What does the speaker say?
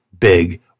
big